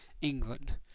England